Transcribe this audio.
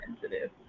sensitive